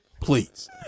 Please